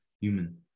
human